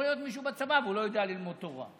יכול להיות מישהו בצבא והוא לא יודע ללמוד תורה,